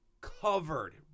covered